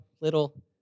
little